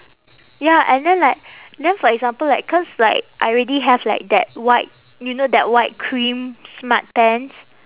ya and then like then for example like cause like I already have like that white you know that white cream smart pants